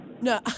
No